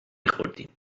خوردیم